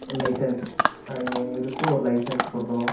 licence அவங்க அவங்களுக்கு ஒரு லைசன்ஸ் கொடுக்கணும்